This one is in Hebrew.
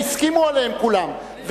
הסכימו עליהם כולם.